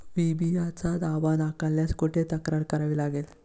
विम्याचा दावा नाकारल्यास कुठे तक्रार करावी लागेल?